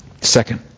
Second